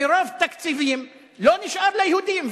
מרוב תקציבים לא נשאר ליהודים.